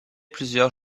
plusieurs